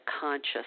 conscious